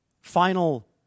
final